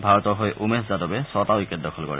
ভাৰতৰ হৈ উমেশ যাদবে ছটা উইকেট দখল কৰে